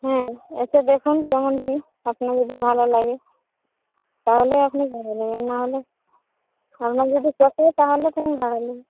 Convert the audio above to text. হুম এসে দেখুন কেমন কি আপনি যদি ভালো লাগে তাহলে আপনি রুম নেবেন নাহলে অন্য যদি পছন্দ হয় তাহলে